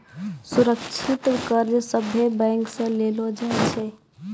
सुरक्षित कर्ज सभे बैंक से लेलो जाय सकै छै